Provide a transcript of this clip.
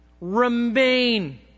remain